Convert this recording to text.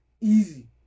Easy